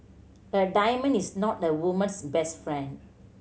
a diamond is not a woman's best friend